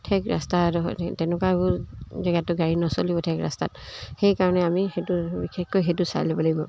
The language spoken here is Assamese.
ঠেক ৰাস্তা তেনেকুৱা জেগাতটো গাড়ী নচলিব ঠেক ৰাস্তাত সেইকাৰণে আমি সেইটো বিশেষকৈ সেইটো চাই ল'ব লাগিব